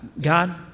God